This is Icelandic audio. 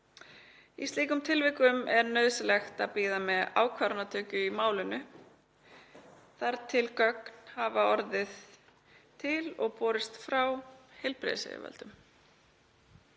Í slíkum tilvikum er nauðsynlegt að bíða með ákvarðanatöku í málinu þar til gögn hafa orðið til og borist frá heilbrigðisyfirvöldum.“